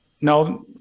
no